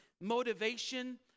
motivation